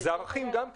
גם אלה ערכים.